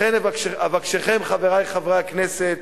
לכן אבקשכם, חברי חברי הכנסת,